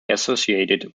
associated